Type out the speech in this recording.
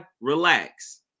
relax